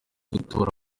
gutora